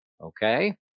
Okay